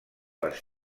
les